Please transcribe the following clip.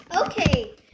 okay